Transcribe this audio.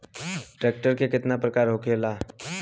Tractor के केतना प्रकार होला?